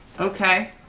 Okay